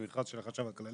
זה מכרז מרכזי של החשב הכללי,